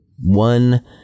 One